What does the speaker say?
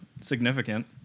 significant